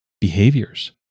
behaviors